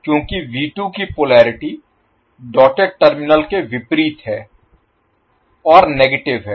क्योंकि की polarity dotted terminal के विपरीत है और नेगेटिव है